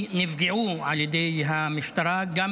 נפגעו על ידי המשטרה מהציבור החרדי,